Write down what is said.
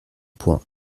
point